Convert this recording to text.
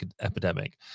epidemic